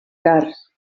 cars